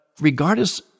regardless